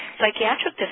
psychiatric